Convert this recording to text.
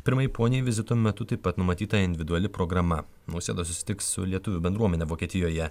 pirmai poniai vizito metu taip pat numatyta individuali programa nausėda susitiks su lietuvių bendruomene vokietijoje